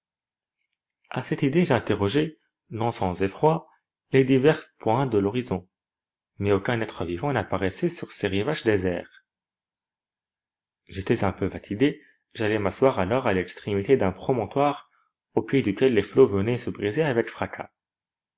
a cette idée j'interrogeai non sans effroi les divers points de l'horizon mais aucun être vivant n'apparaissait sur ces rivages déserts j'étais un peu fatigué j'allai m'asseoir alors à l'extrémité d'un promontoire au pied duquel les flots venaient se briser avec fracas